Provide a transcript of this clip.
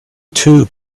two